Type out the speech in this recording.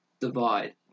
divide